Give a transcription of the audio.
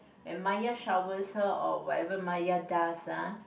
when Maya showers her or whatever Maya does ah